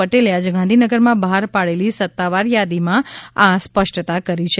પટેલે આજે ગાંધીનગરમાં બહાર પાડેલી સત્તાવાર યાદીમાં આ સ્પષ્ટતા કરી છે